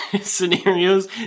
scenarios